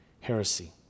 heresy